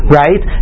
right